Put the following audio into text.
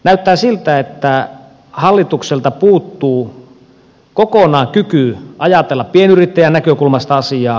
näyttää siltä että hallitukselta puuttuu kokonaan kyky ajatella pienyrittäjän näkökulmasta asiaa